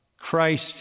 Christ